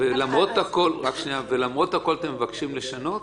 ולמרות הכול אתם מבקשים לשנות?